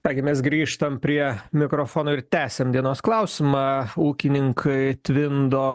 ką gi mes grįžtam prie mikrofono ir tęsiam dienos klausimą ūkininkai tvindo